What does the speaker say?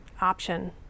option